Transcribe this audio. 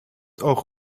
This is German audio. auch